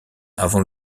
avant